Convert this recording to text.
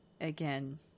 again